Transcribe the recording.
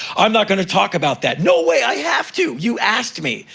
i'm not gonna talk about that. no way! i have to! you asked me.